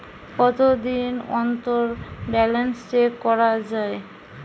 কতদিন অন্তর balance check করা য়ায়?